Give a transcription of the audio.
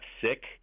sick